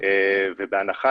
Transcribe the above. ובהנחה